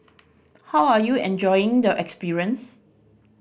how are you enjoying the experience